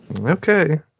Okay